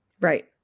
Right